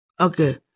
Okay